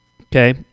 Okay